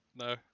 No